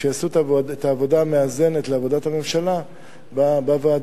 שיעשו את העבודה המאזנת לעבודת הממשלה בוועדה,